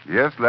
Yes